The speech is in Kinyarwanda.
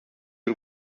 y’u